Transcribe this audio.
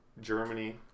Germany